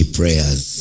prayers